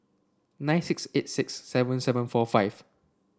nine six eight six seven seven four five